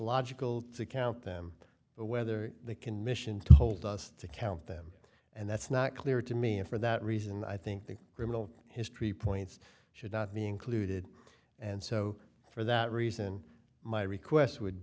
logical to count them but whether they can mission told us to count them and that's not clear to me and for that reason i think the criminal history points should not be included and so for that reason my request would